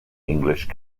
english